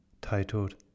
titled